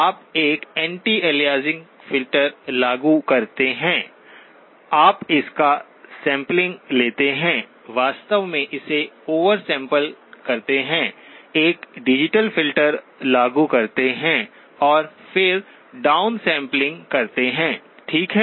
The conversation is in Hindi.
आप एक एंटी अलियासिंग फ़िल्टर लागू करते हैं आप इसका सैंपलिंग लेते हैं वास्तव में इसे ओवर सैंपल करते हैं एक डिजिटल फ़िल्टर लागू करते हैं और फिर डाउन सैंपलिंग करते हैं ठीक है